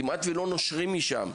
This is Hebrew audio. כמעט ולא נושרים משם,